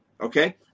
Okay